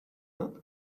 not